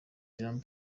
jean